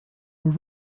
were